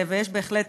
ויש בהחלט